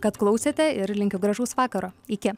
kad klausėte ir linkiu gražaus vakaro iki